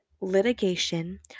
litigation